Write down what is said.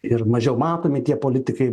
ir mažiau matomi tie politikai